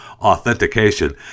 Authentication